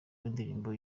w’indirimbo